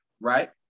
right